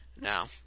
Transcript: Now